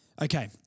Okay